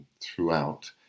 throughout